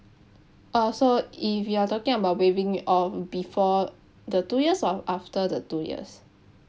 uh so if you're talking about waiving off before the two years or after the two years